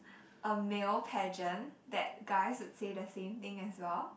a male pageant that guys would say the same thing as well